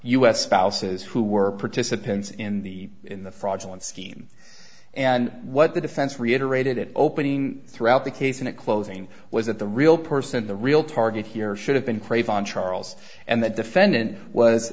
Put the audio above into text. s spouses who were participants in the in the fraudulent scheme and what the defense reiterated at opening throughout the case in a closing was that the real person the real target here should have been craven charles and the defendant was